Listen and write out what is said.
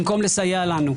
במקום לסייע לנו.